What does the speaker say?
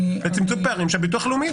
צמצום פערים של ביטוח לאומי.